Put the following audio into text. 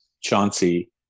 Chauncey